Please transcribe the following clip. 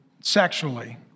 sexually